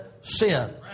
sin